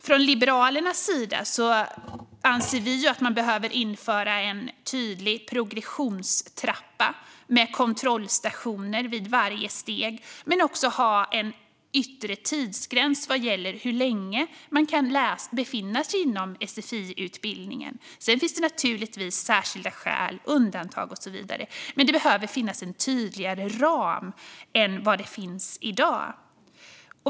Från Liberalernas sida anser vi att man behöver införa en tydlig progressionstrappa med kontrollstationer vid varje steg men också en bortre tidsgräns vad gäller hur länge man kan befinna sig inom sfi-utbildningen. Sedan finns det naturligtvis särskilda skäl, undantag och så vidare, men det behöver finnas en tydligare ram än vad som finns i dag.